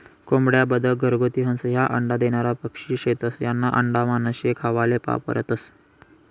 कोंबड्या, बदक, घरगुती हंस, ह्या अंडा देनारा पक्शी शेतस, यास्ना आंडा मानशे खावाले वापरतंस